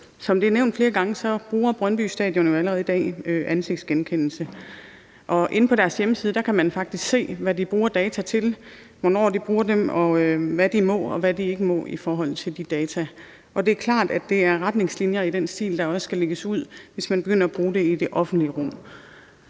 Som det er blevet nævnt flere gange, bruger Brøndby Stadion jo allerede i dag ansigtsgenkendelse, og inde på deres hjemmeside kan man faktisk se, hvad de bruger dataene til, hvornår de bruger dem, og hvad de må og ikke må i forhold til de data. Det er klart, at det er retningslinjer i den stil, der skal lægges ud, hvis man begynder at bruge det i det offentlige rum.